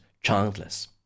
childless